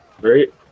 Great